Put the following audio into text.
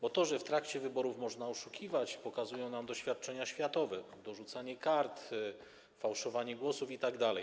Bo to, że w trakcie wyborów można oszukiwać, pokazują nam doświadczenia światowe - dorzucanie kart, fałszowanie głosów itd.